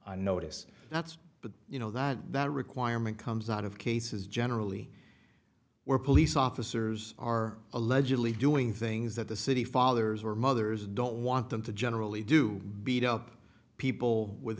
on notice that's but you know that that requirement comes out of cases generally where police officers are allegedly doing things that the city fathers or mothers don't want them to generally do beat up people with